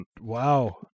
wow